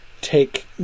take